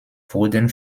wurden